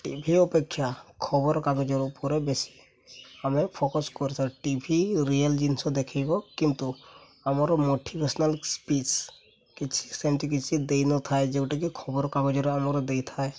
TV ଅପେକ୍ଷା ଖବରକାଗଜର ଉପରେ ବେଶୀ ଆମେ ଫୋକସ୍ କରିଥାଉ ଟିଭି ରିଅଲ୍ ଜିନିଷ ଦେଖେଇବ କିନ୍ତୁ ଆମର ମୋଟିଭେସନାଲ୍ ସ୍ପିଚ୍ କିଛି ସେମିତି କିଛି ଦେଇନଥାଏ ଯୋଉଟାକି ଖବରକାଗଜରେ ଆମର ଦେଇଥାଏ